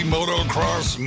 Motocross